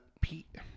Pete